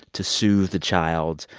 to soothe the child,